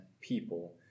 people